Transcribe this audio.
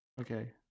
Okay